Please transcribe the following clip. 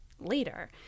later